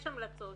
יש המלצות,